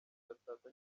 gatsata